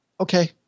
Okay